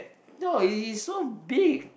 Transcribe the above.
no he he's so big